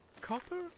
copper